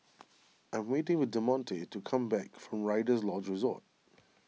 I'm waiting the Demonte to come back from Rider's Lodge Resort